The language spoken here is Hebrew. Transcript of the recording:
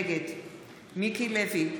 נגד מיקי לוי,